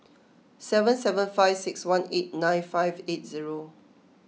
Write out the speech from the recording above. seven seven five six one eight nine five eight zero